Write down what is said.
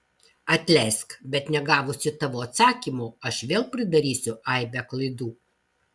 atleisk bet negavusi tavo atsakymo aš vėl pridarysiu aibę klaidų